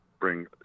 bring